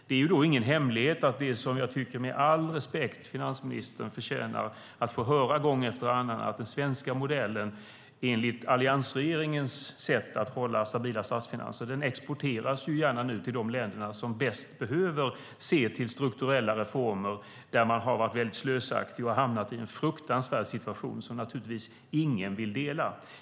Det är ingen hemlighet att finansministern får höra gång efter annan - och med all respekt, för han förtjänar det - att den svenska modellen enligt alliansregeringens sätt att hålla stabila statsfinanser nu gärna exporteras till de länder som bäst behöver se till strukturella reformer. Det är länder där man har varit slösaktig och hamnat i en fruktansvärd situation som ingen vill dela.